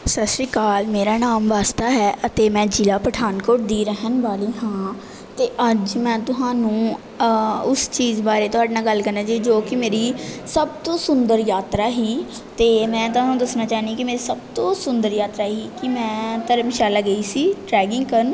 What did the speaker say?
ਸਤਿ ਸ਼੍ਰੀ ਅਕਾਲ ਮੇਰਾ ਨਾਮ ਵਾਸੂਦਾ ਹੈ ਅਤੇ ਮੈਂ ਜ਼ਿਲ੍ਹਾ ਪਠਾਨਕੋਟ ਦੀ ਰਹਿਣ ਵਾਲੀ ਹਾਂ ਅਤੇ ਅੱਜ ਮੈਂ ਤੁਹਾਨੂੰ ਉਸ ਚੀਜ਼ ਬਾਰੇ ਤੁਹਾਡੇ ਨਾਲ ਗੱਲ ਕਰਨੀ ਜੀ ਜੋ ਕਿ ਮੇਰੀ ਸਭ ਤੋਂ ਸੁੰਦਰ ਯਾਤਰਾ ਸੀ ਅਤੇ ਮੈਂ ਤੁਹਾਨੂੰ ਦੱਸਣਾ ਚਾਹੁੰਦੀ ਕਿ ਮੇਰੀ ਸਭ ਤੋਂ ਸੁੰਦਰ ਯਾਤਰਾ ਸੀ ਕਿ ਮੈਂ ਧਰਮਸ਼ਾਲਾ ਗਈ ਸੀ ਟ੍ਰੈਗਿੰਗ ਕਰਨ